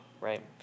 right